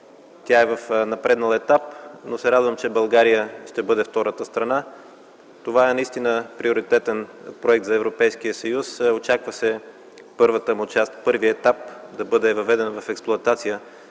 тя е в напреднал етап. Радвам се, че България ще бъде втората страна. Това наистина е приоритетен проект за Европейския съюз. Очаква се първият етап да бъде въведен в експлоатация